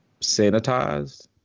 sanitized